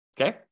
okay